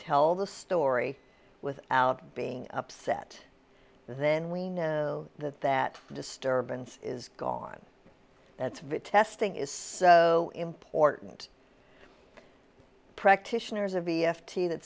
tell the story without being upset then we know that that disturbance is gone that's vitesse thing is so important practitioners of e f t that